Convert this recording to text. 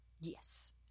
Yes